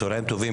צוהריים טובים